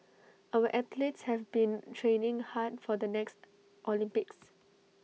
our athletes have been training hard for the next Olympics